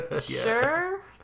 sure